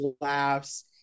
laughs